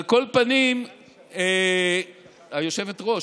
על כל פנים, היושבת-ראש,